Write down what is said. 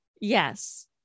Yes